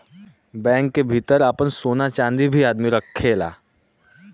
bank क भितर आपन सोना चांदी भी आदमी रखेला